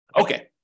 Okay